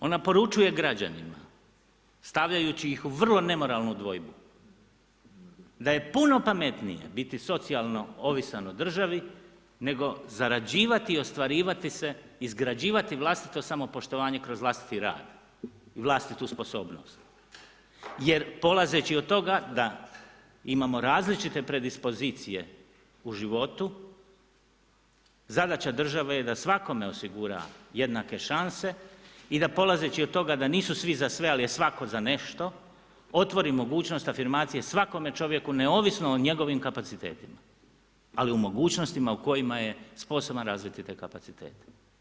Ona poručuje građanima stavljajući ih u vrlo nemoralnu dvojbu da je puno pametnije biti socijalno ovisan o državi, nego zarađivati i ostvarivati se, izgrađivati vlastito samopoštovanje kroz vlastiti rad i vlastitu sposobnost jer polazeći od toga da imamo različite predispozicije u životu zadaća države je da svakome osigura jednake šanse i da polazeći od toga da nisu svi za sve, ali je svatko za nešto otvori mogućnost afirmacije svakome čovjeku neovisno o njegovim kapacitetima, ali u mogućnostima u kojima je sposoban razviti te kapacitete.